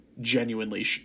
genuinely